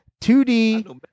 2d